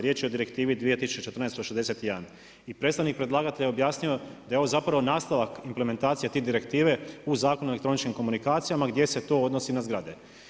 Riječ je o Direktivi 2014/61 i predstavnik predlagatelja je objasnio da je ovo nastavak implementacije te direktive u Zakon o elektroničkim komunikacijama gdje se to odnosi na zgrade.